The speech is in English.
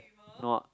not